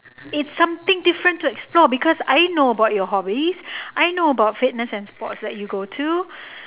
it's something different to explore because I know about your hobbies I know about fitness and sports that you go to